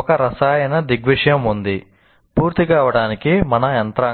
ఒక రసాయన దృగ్విషయం ఉంది విడుదల